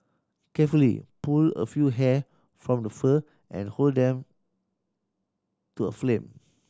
carefully pull a few hair from the fur and hold them to a flame